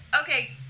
okay